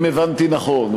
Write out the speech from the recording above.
אם הבנתי נכון,